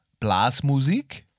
Blasmusik